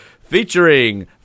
featuring